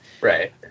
Right